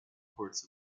ports